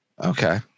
Okay